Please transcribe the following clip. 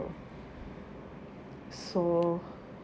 so